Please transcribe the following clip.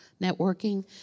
networking